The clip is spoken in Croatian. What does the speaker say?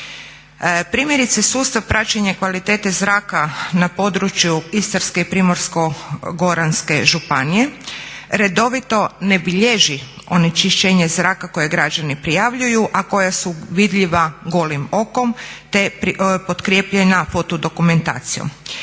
Primjerice, sustav praćenja kvalitete zraka na području Istarske i Primorsko-goranske županije redovito ne bilježi onečišćenje zraka koja građani prijavljuju, a koja su vidljiva golim okom, te je potkrijepljena fotodokumentacijom.